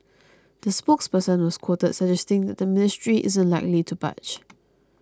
the spokesperson was quoted suggesting that the ministry isn't likely to budge